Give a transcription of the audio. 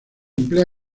emplea